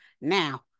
Now